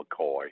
McCoy